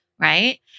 right